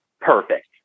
Perfect